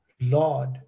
Lord